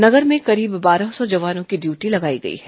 नगर में करीब बारह सौ जवानों की ड्यूटी लगाई गई है